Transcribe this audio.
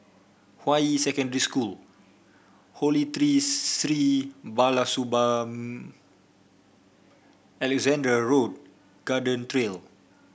Hua Yi Secondary School Holy Tree Sri Balasubramaniar Alexandra Road Garden Trail